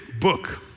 book